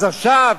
אז עכשיו